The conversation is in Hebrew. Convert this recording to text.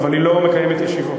אבל היא לא מקיימת ישיבות.